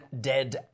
dead